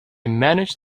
managed